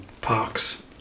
parks